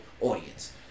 audience